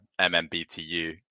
MMBTU